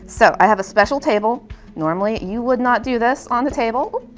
so i have a special table normally you would not do this on the table.